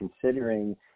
considering